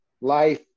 life